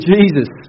Jesus